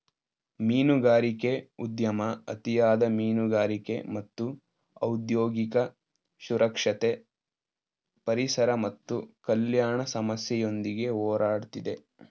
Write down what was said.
ಮೀನುಗಾರಿಕೆ ಉದ್ಯಮ ಅತಿಯಾದ ಮೀನುಗಾರಿಕೆ ಮತ್ತು ಔದ್ಯೋಗಿಕ ಸುರಕ್ಷತೆ ಪರಿಸರ ಮತ್ತು ಕಲ್ಯಾಣ ಸಮಸ್ಯೆಯೊಂದಿಗೆ ಹೋರಾಡ್ತಿದೆ